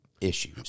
issues